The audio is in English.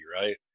right